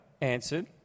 answered